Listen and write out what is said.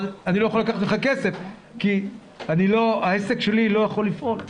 אבל אני לא יכול לקחת ממך כסף כי העסק שלי לא יכול לפעול'.